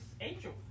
Angel